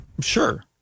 Sure